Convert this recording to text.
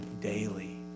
daily